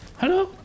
Hello